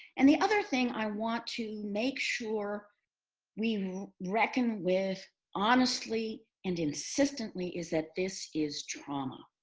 and the other thing i want to make sure we reckon with honestly and insistently is that this is trauma.